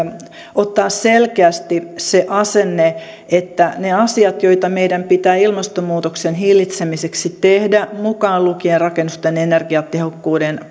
ottaa selkeästi se asenne että ne asiat joita meidän pitää ilmastonmuutoksen hillitsemiseksi tehdä mukaan lukien rakennusten energiatehokkuuden